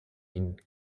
ihnen